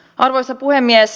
arvoisa puhemies